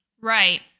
Right